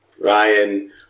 Ryan